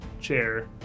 chair